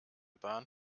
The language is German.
bahn